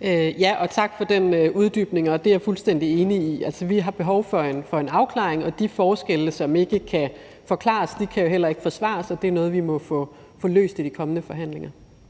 (RV): Tak for den uddybning. Det er jeg fuldstændig enig i. Altså, vi har behov for en afklaring, og de forskelle, som ikke kan forklares, kan heller ikke forsvares, og det er noget, vi må få løst i de kommende forhandlinger.